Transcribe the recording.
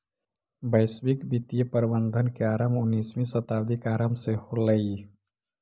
वैश्विक वित्तीय प्रबंधन के आरंभ उन्नीसवीं शताब्दी के आरंभ से होलइ